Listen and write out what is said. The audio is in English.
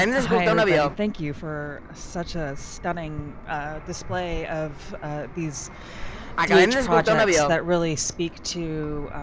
hi everybody. thank you for such a stunning display of these dh projects that really speak to